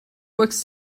works